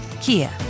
Kia